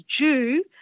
due